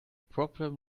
problem